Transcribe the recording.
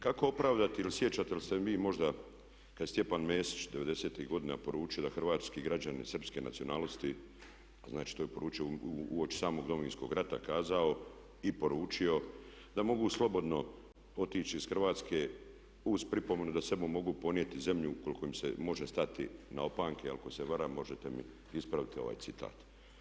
Kako opravdati, jel sjećate li se vi možda kad je Stjepan Mesić 90-tih godina poručio da hrvatski građani srpske nacionalnosti, znači to je poručio uoči samog Domovinskog rata kazao i poručio da mogu slobodno otići iz Hrvatske uz pripomenu da samo mogu ponijeti zemlju ukoliko im se može stati na opanke, ako se varam, možete mi ispraviti ovaj citat.